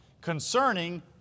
concerning